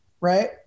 right